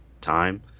time